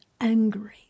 angry